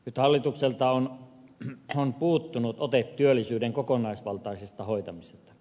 nyt hallitukselta on puuttunut ote työllisyyden kokonaisvaltaisesta hoitamisesta